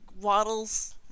waddles